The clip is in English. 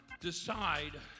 decide